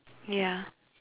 yeah